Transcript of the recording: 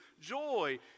Joy